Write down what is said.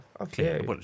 okay